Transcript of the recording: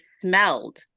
smelled